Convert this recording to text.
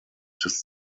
des